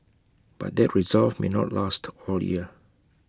but that resolve may not last all year